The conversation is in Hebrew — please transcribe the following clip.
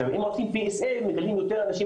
עכשיו אם עושים PSA מגלים יותר אנשים